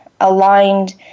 aligned